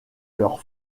leur